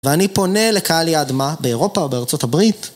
ואני פונה לקהל יעד, מה באירופה או בארצות הברית?